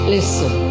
Listen